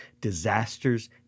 disasters